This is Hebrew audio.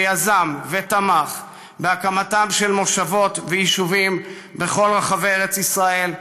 שיזם ותמך בהקמתם של מושבות ויישובים בכל רחבי ארץ ישראל,